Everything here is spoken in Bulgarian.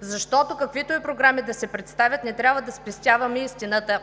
защото, каквито и програми да се представят, не трябва да спестяваме истината,